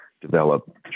develop